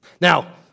Now